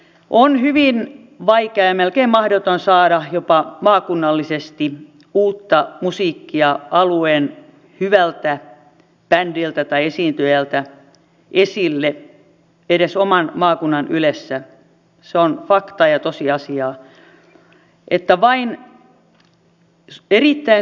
on hyvin vaikea ja melkein mahdoton saada jopa maakunnallisesti uutta musiikkia alueen hyvältä bändiltä tai esiintyjältä esille edes oman maakunnan ylessä se on fakta ja tosiasia